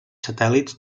satèl·lits